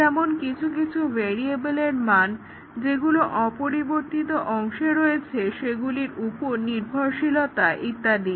যেমনকিছু কিছু ভ্যারিয়াবলের মান যেগুলো পরিবর্তিত অংশে রয়েছে সেগুলির উপর নির্ভরশীলতা ইত্যাদি